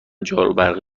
جاروبرقی